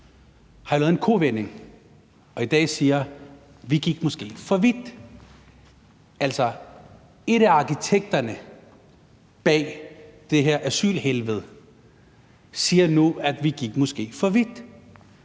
foretaget en kovending og siger i dag: Vi gik måske for vidt. Altså, arkitekterne bag det her asylhelvede siger nu, at de måske gik for vidt,